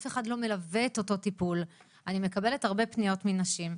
אף אחד לא מלווה את אותו הטיפול ואני מקבלת הרבה פניות מנשים.